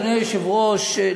אדוני היושב-ראש,